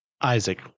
Isaac